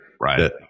Right